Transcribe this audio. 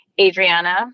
Adriana